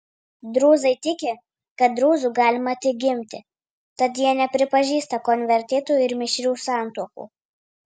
drūzai tiki kad drūzu galima tik gimti tad jie nepripažįsta konvertitų ir mišrių santuokų